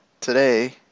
today